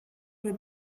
però